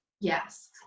Yes